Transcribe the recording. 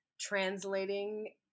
translating